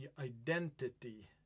identity